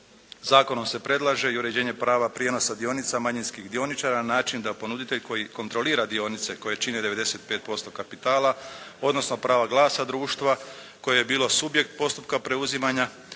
Zakonom se predlaže i uređenje prava prijenosa dionica manjinskih dioničara na način da ponuditelj koji kontrolira dionice koje čine 95% kapitala, odnosno pravo glasa društva koje je bilo subjekt postupka preuzimanja,